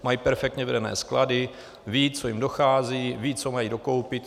Mají perfektně vedené sklady, vědí, co jim dochází, vědí, co mají dokoupit.